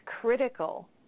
critical